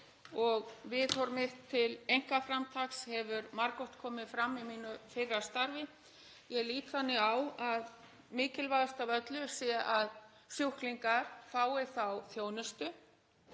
Viðhorf mitt til einkaframtaks hefur margoft komið fram í mínu fyrra starfi. Ég lít þannig á að mikilvægast af öllu sé að sjúklingar fái þá þjónustu